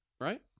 right